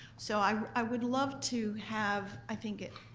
so i i would love to have, i think